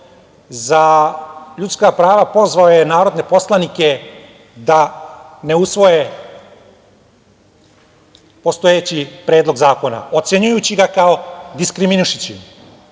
za ljudska prava pozvao je narodne poslanike da ne usvoje postojeći predlog zakona, ocenjujući ga kao diskriminišući